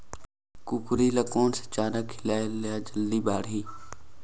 कूकरी ल कोन सा चारा खिलाय ल जल्दी बाड़ही?